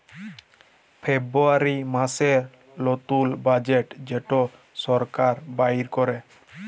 ফেব্রুয়ারী মাসের লতুল বাজেট যেট সরকার বাইর ক্যরে